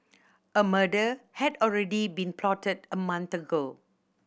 a murder had already been plotted a month ago